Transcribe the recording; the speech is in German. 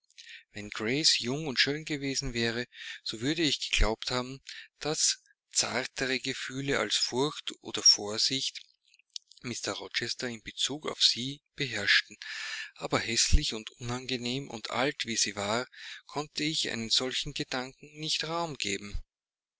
grace jung und schön gewesen wäre so würde ich geglaubt haben daß zartere gefühle als furcht oder vorsicht mr rochester in bezug auf sie beherrschten aber häßlich und unangenehm und alt wie sie war konnte ich einem solchen gedanken nicht raum geben